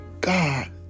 God